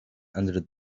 under